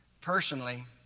personally